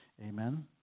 Amen